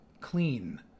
clean